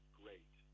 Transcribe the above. great